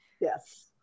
Yes